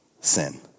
sin